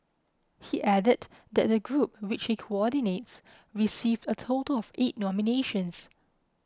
he added that the group which he coordinates received a total of eight nominations